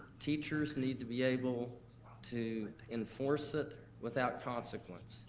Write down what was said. teachers need to be able to enforce it without consequence.